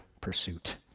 pursuit